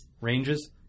ranges